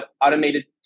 automated